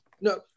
No